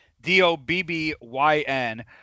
D-O-B-B-Y-N